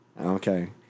Okay